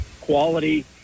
quality